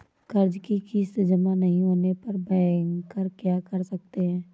कर्ज कि किश्त जमा नहीं होने पर बैंकर क्या कर सकते हैं?